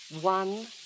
One